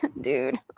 dude